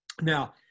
Now